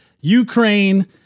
Ukraine